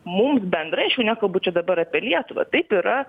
mums bendrai aš jau nekalbu čia dabar apie lietuvą taip yra